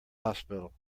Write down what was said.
hospital